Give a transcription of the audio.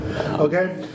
Okay